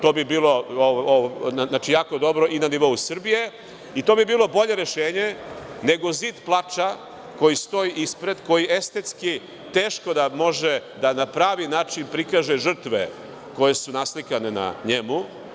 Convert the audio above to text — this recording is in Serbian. To bi bilo jako dobro i na nivou Srbije i to bi bilo bolje rešenje nego zid plača koji stoji ispred, koji estetski teško da može da na pravi način prikaže žrtve koje su naslikane na njemu.